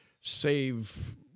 save